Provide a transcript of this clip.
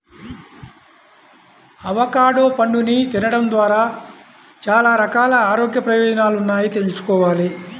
avocado పండుని తినడం ద్వారా చాలా రకాల ఆరోగ్య ప్రయోజనాలున్నాయని తెల్సుకోవాలి